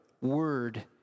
word